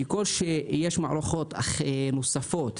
ככל שיש מערכות נוספות